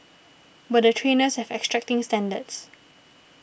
but the trainers have exacting standards